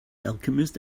alchemist